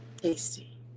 Tasty